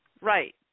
Right